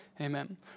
Amen